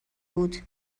بود